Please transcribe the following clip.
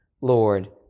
Lord